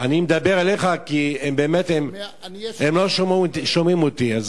אני מדבר אליך, כי באמת הם לא שומעים אותי, אז